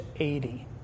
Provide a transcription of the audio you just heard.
80